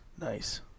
Nice